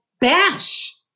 bash